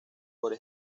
por